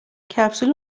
کپسول